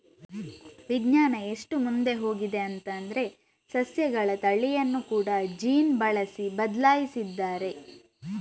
ವಿಜ್ಞಾನ ಎಷ್ಟು ಮುಂದೆ ಹೋಗಿದೆ ಅಂತಂದ್ರೆ ಸಸ್ಯಗಳ ತಳಿಯನ್ನ ಕೂಡಾ ಜೀನ್ ಬಳಸಿ ಬದ್ಲಾಯಿಸಿದ್ದಾರೆ